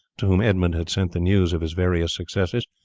to whom edmund had sent the news of his various successes,